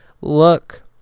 Look